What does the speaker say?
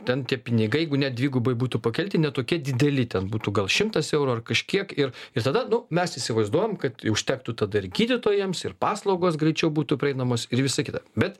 ten tie pinigai jeigu net dvigubai būtų pakelti ne tokie dideli ten būtų gal šimtas eurų ar kažkiek ir ir tada nu mes įsivaizduojam kad užtektų tada ir gydytojams ir paslaugos greičiau būtų prieinamos ir visa kita bet